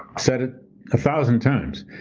said it a thousand times,